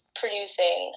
producing